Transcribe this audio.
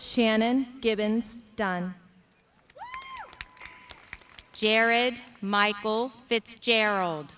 shannon gibbons done jared michael fitzgerald